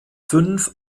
fünf